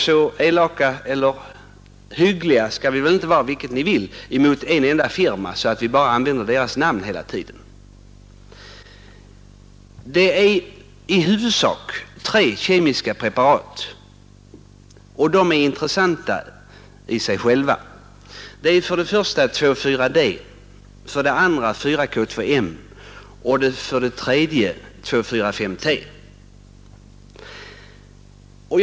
Så elaka eller hyggliga, vilket ni vill, skall vi väl inte vara mot ett enda företag att vi använder bara dess namn hela tiden. Det är i huvudsak tre kemiska preparat. För det första är det 2,4-D, för det andra 4 K,2,M och för det tredje 2,4,5-T.